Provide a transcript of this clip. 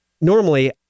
normally